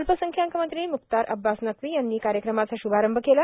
अल्पसंख्याक मंत्री म्क्तार अब्बास नक्वी यांनी कार्यक्रमाचा श्भारंभ केला